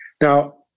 Now